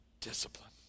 discipline